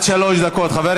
חבר